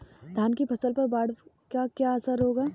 धान की फसल पर बाढ़ का क्या असर होगा?